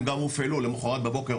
הם גם הופעלו למחרת בבוקר,